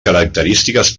característiques